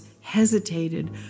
hesitated